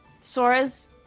Sora's